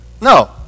No